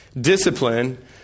Discipline